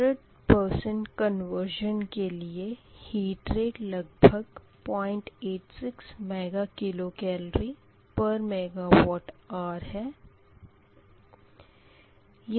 100 प्रतिशत कनवर्शन के लिए हीट रेट लगभग 086 मेगा किलो केलोरी पर मेगा वाट आर है